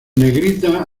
negrita